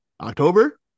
October